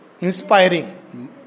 Inspiring